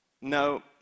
no